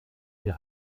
wir